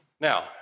Now